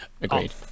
Agreed